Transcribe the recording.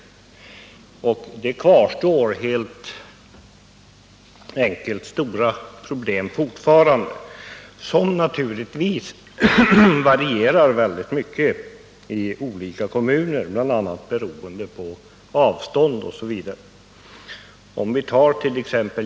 Fortfarande kvarstår stora problem, som naturligtvis varierar väldigt mycket i olika kommuner, beroende på avstånd osv. Om vi sert.ex.